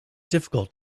difficult